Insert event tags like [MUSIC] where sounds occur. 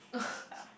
[LAUGHS]